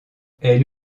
elle